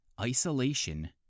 isolation